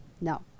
No